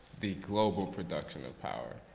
the global production of power.